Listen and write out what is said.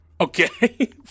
Okay